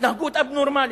התנהגות אב-נורמלית.